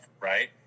right